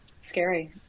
Scary